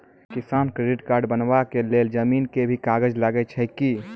किसान credit card बनबा के लेल जमीन के भी कागज लागै छै कि?